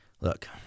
Look